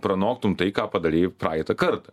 pranoktum tai ką padarei praeitą kartą